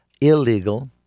illegal